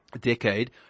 decade